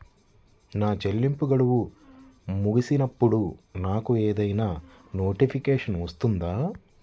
నా చెల్లింపు గడువు ముగిసినప్పుడు నాకు ఏదైనా నోటిఫికేషన్ వస్తుందా?